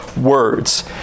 words